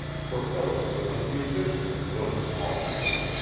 for phyllis was a musician of no small merit.